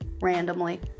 randomly